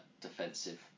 defensive